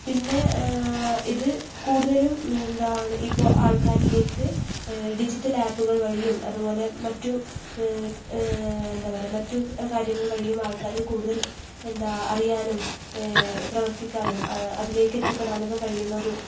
പിന്നെ ഇത് കൂടുതലും എന്താണ് ഇപ്പോൾ ആൾക്കാരിലേക്ക് ഡിജിറ്റൽ ആപ്പ്കൾ വഴിയും അതുപോലെ മറ്റ് എന്താ പറയുക മറ്റ് കാര്യങ്ങൾ വഴിയും ആൾക്കാർക്ക് കൂടുതൽ എന്താ അറിയാനും പ്രവർത്തിക്കാനും അതിലേക്കെത്തിപ്പെടാനുമൊ ക്കെ കഴിയുന്ന ഒരു